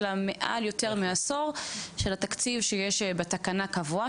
מעל יותר מעשור של התקציב שיש בתקנה קבוע,